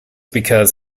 because